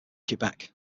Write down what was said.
quebec